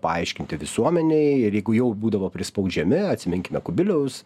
paaiškinti visuomenei ir jeigu jau būdavo prispaudžiami atsiminkime kubiliaus